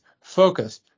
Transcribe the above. focus